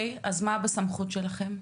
אז מה בסמכות שלכם?